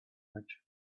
much